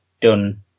done